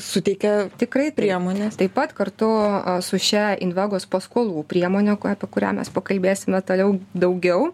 suteikia tikrai priemones taip pat kartu su šia invegos paskolų priemone apie kurią mes pakalbėsime toliau daugiau